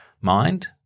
mind